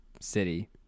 city